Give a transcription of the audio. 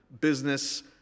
business